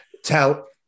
Tell